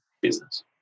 business